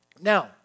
Now